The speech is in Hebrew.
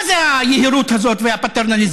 מה זה היהירות הזאת והפטרנליזם?